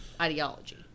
ideology